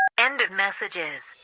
end of messages